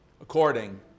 according